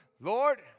Lord